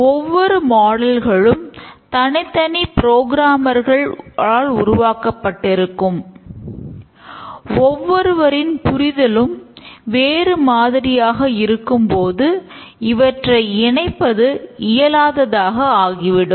ஒவ்வொருவரின் புரிதலும் வேறு மாதிரியாக இருக்கும் போது அவற்றை இணைப்பது இயலாததாக ஆகிவிடும்